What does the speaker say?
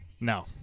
No